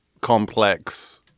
complex